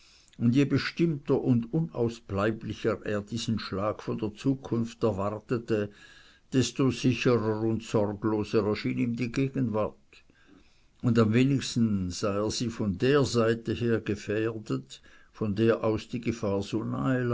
und je bestimmter und unausbleiblicher er diesen schlag von der zukunft erwartete desto sicherer und sorgloser erschien ihm die gegenwart und am wenigsten sah er sich von der seite her gefährdet von der aus die gefahr